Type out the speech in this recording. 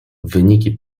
wyniki